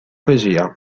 poesia